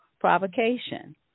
provocation